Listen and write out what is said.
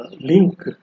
link